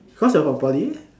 cause of your poly